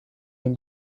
این